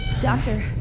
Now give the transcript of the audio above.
doctor